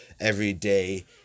everyday